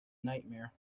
nightmare